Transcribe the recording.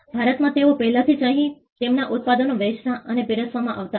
ભારતમાં તેઓ પહેલાથી જ અહીં તેમના ઉત્પાદનો વેચતા અને પીરસવામાં આવતા હતા